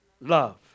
love